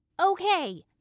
Okay